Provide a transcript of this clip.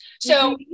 So-